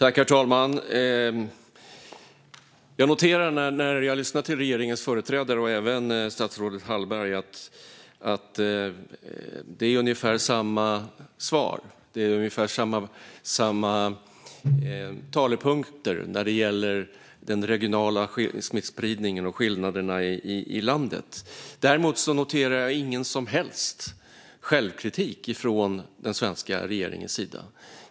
Herr talman! Jag noterar när jag lyssnar till regeringens företrädare, även statsrådet Hallberg, att det är ungefär samma svar. Det är ungefär samma talepunkter när det gäller den regionala smittspridningen och skillnaderna i landet. Däremot noterar jag ingen som helst självkritik från den svenska regeringens sida.